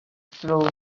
slaughter